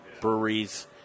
breweries